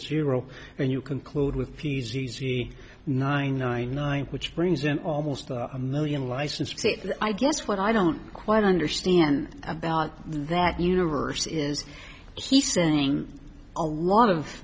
zero and you conclude with p z nine nine nine which brings in almost a million license i guess what i don't quite understand about that universe is he saying a lot of